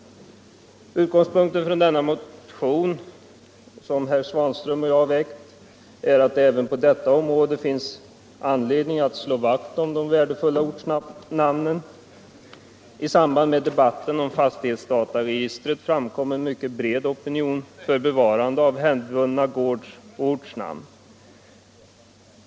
Utgångspunkten för denna motion, som herr Svanström och jag väckt, är att det även på detta område finns anledning att slå vakt om de värdefulla ortsnamnen. I samband med debatten om fastighetsdataregistret framkom en mycket bred opinion för bevarande av hävdvunna gårdsoch ortsnamn.